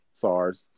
SARS